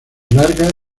larga